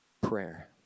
prayer